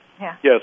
Yes